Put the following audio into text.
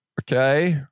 Okay